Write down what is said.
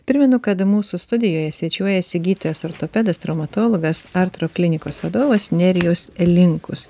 primenu kad mūsų studijoje svečiuojasi gydytojas ortopedas traumatologas arto klinikos vadovas nerijus linkus